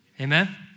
Amen